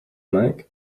mike